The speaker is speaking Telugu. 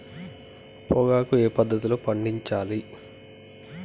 పొగాకు ఏ పద్ధతిలో పండించాలి?